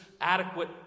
adequate